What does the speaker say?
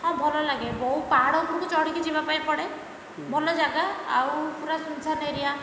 ହଁ ଭଲ ଲାଗେ ବହୁ ପାହାଡ଼ ଉପରକୁ ଚଢ଼ିକି ଯିବା ପାଇଁ ପଡ଼େ ଭଲ ଜାଗା ଆଉ ପୁରା ସୁନସାନ ଏରିଆ